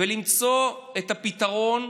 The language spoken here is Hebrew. ולמצוא את הפתרון,